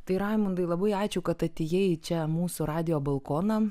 tai raimundai labai ačiū kad atėjai čia į mūsų radijo balkoną